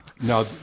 Now